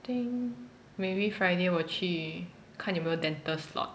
think maybe friday 我去看有没有 dental slot